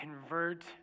convert